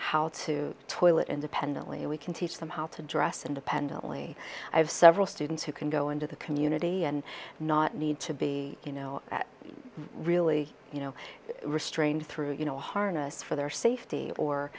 how to toilet independently and we can teach them how to dress independently i have several students who can go into the community and not need to be you know really you know restrained through you know harness for their safety or